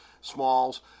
Smalls